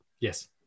Yes